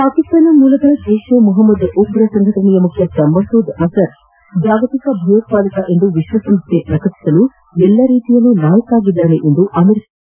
ಪಾಕಿಸ್ತಾನ ಮೂಲದ ಜೈಷ್ ಎ ಮೊಹಮ್ಮದ್ ಉಗ್ರ ಸಂಘಟನೆಯ ಮುಖ್ಯಸ್ದ ಮಸೂದ್ ಅಜ಼ರ್ ಜಾಗತಿಕ ಭಯೋತ್ವಾದಕ ಎಂದು ವಿಶ್ವಸಂಸ್ಥೆ ಪ್ರಕಟಿಸಲು ಎಲ್ಲ ರೀತಿಯಲ್ಲೂ ಲಾಯಕ್ಕಾಗಿದ್ದಾನೆ ಎಂದು ಅಮೆರಿಕ ಹೇಳಿದೆ